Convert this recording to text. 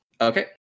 Okay